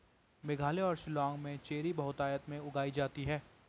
मेघालय और शिलांग में चेरी बहुतायत में उगाई जाती है